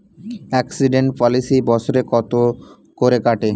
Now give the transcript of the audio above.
Accident policy বছরে কত করে কাটে?